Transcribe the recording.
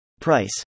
Price